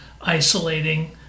isolating